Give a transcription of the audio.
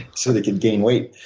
so they can gain weight.